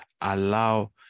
allow